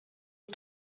est